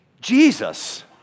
Jesus